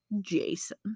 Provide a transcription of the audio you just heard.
Jason